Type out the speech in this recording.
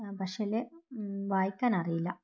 ആ പക്ഷേങ്കിൽ വായിക്കാനറിയില്ല